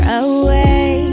away